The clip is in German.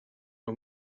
nur